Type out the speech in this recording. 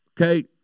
Okay